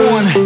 One